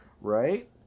right